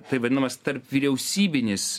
taip vadinamas tarpvyriausybinis